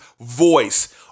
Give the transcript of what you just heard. voice